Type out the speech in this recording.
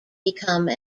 become